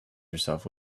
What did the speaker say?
yourself